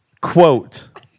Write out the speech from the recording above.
Quote